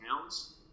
pounds